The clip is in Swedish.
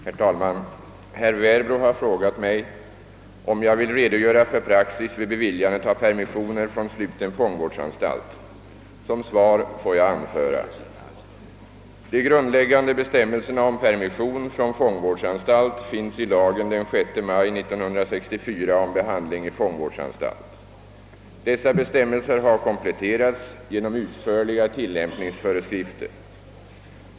Herr talman! Herr Werbro har frågat mig, om jag vill redogöra för praxis vid beviljandet av permissioner från sluten fångvårdsanstalt. Som svar får jag anföra. De grundläggande bestämmelserna om permission från fångvårdsanstalt finns i lagen den 6 maj 1964 om behandling i fångvårdsanstalt. Dessa bestämmelser har kompletterats genom utförliga tillämpningsföreskrifter.